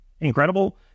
incredible